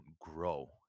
grow